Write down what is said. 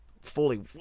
fully